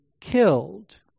killed